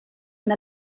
and